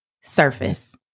surface